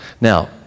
Now